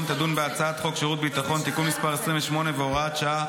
תדון בהצעת חוק שירות ביטחון (תיקון מס' 28 והוראת שעה),